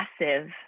massive